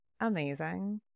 amazing